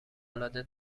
العاده